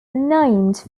named